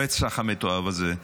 הרצח המתועב הזה,